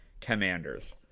Commanders